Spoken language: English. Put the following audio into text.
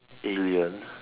aliens